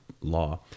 law